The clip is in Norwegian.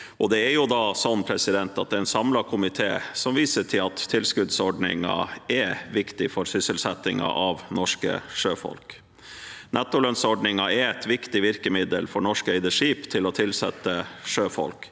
Det er en samlet komité som viser til at tilskuddsordningen er viktig for sysselsettingen av norske sjøfolk. Nettolønnsordningen er et viktig virkemiddel for norskeide skip til å tilsette sjøfolk.